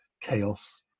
chaos